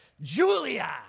Julia